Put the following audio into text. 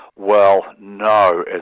well no, and